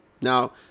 Now